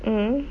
mm